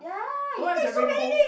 the one with the rainbow